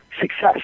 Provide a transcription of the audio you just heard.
success